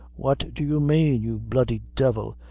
what do you mane, you bloody devil?